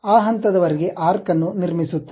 ಆ ಹಂತದವರೆಗೆ ಆರ್ಕ್ವನ್ನು ನಿರ್ಮಿಸುತ್ತದೆ